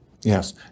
Yes